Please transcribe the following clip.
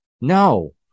No